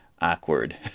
awkward